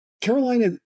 Carolina